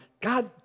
God